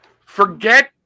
Forget